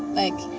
like,